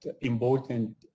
important